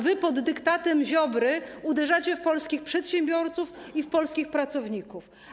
Wy pod dyktatem Ziobry uderzacie w polskich przedsiębiorców i w polskich pracowników.